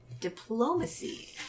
diplomacy